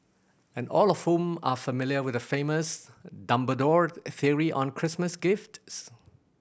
and all of whom are familiar with the famous Dumbledore theory on Christmas gifts